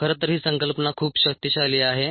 खरं तर ही संकल्पना खूप शक्तिशाली आहे